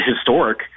historic